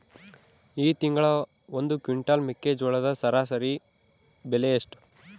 ಈ ತಿಂಗಳ ಒಂದು ಕ್ವಿಂಟಾಲ್ ಮೆಕ್ಕೆಜೋಳದ ಸರಾಸರಿ ಬೆಲೆ ಎಷ್ಟು?